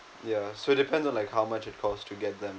ya so it depends on like how much it cost to get them